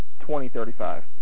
2035